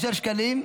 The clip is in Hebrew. שקלים,